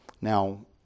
Now